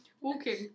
Walking